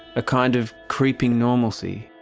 a kind of creeping normalcy,